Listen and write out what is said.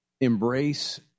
embrace